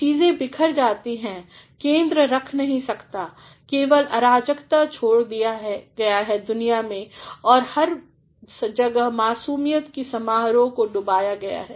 चीज़ें बिखर जाती हैं केंद्र रख नहीं सकता केवल अराजकता छोड़ दिया गया है दुनिया में और हर जगह मासूमियत कीसमारोहको डुबाया गया है